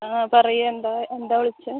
ആ പറയൂ എന്താ എന്താ വിളിച്ചത്